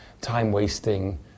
time-wasting